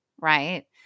right